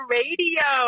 radio